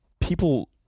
people